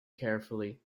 carefully